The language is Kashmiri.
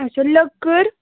اچھا لٔکٕر